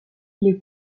est